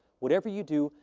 whatever you do,